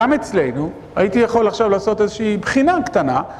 גם אצלנו, הייתי יכול עכשיו לעשות איזושהי בחינה קטנה